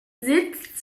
sitzt